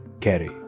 Kerry